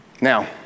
Now